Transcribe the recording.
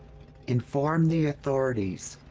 inform the authorities.